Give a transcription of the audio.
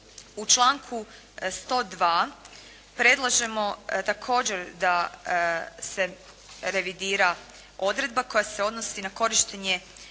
U članku 102. predlažemo također da se revidira odredba koja se odnosi na korištenje